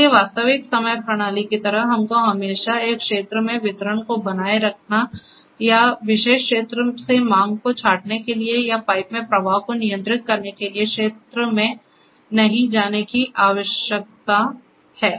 इसलिए वास्तविक समय प्रणाली की तरह हमको हमेशा एक क्षेत्र में वितरण को बनाए रखने या एक विशेष क्षेत्र से मांग को छाँटने के लिए या पाइप में प्रवाह को नियंत्रित करने के लिए क्षेत्र में नहीं जाने की आ यावश्यकता है